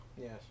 Yes